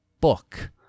book